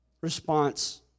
response